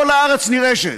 כל הארץ נרעשת,